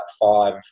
five